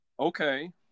Okay